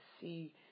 see